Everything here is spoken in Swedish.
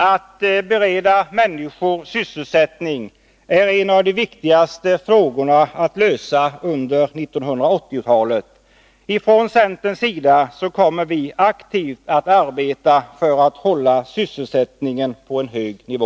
Att bereda människor sysselsättning är en av de viktigaste frågorna under 1980-talet. Från centerns sida kommer vi att arbeta aktivt för att hålla sysselsättningen på en hög nivå.